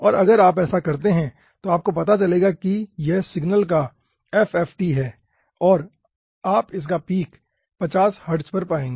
और अगर आप ऐसा करते हैं तो आपको पता चलेगा कि यह सिग्नल का FFT है और आप इसका पीक 50 हर्ट्ज पर पाएंगे